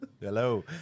Hello